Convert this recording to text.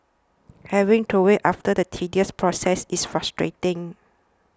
having to wait after the tedious process is frustrating